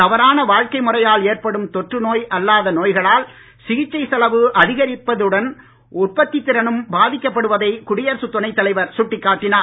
தவறான வாழ்க்கை அளிக்கப்படுவதாகவும் அவர் முறையால் ஏற்படும் தொற்று நோய் அல்லாத நோய்களால் சிகிச்சை செலவு அதிகரிப்பதுடன் உற்பத்தி திறனும் பாதிக்கப்படுவதை குடியரசு துணை தலைவர் சுட்டிக் காட்டினார்